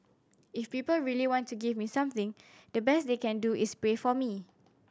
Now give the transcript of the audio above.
if people really want to give me something the best they can do is pray for me